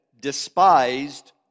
despised